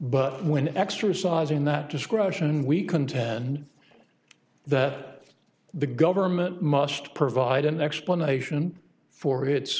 but when exercising that discretion we contend that the government must provide an explanation for its